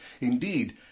Indeed